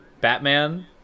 Batman